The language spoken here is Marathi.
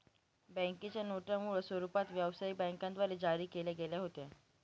बँकेच्या नोटा मूळ स्वरूपात व्यवसायिक बँकांद्वारे जारी केल्या गेल्या होत्या